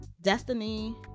Destiny